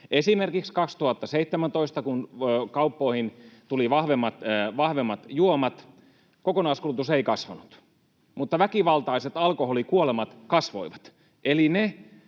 Esimerkiksi 2017 kun kauppoihin tuli vahvemmat juomat, kokonaiskulutus ei kasvanut, mutta väkivaltaiset alkoholikuolemat kasvoivat.